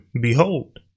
behold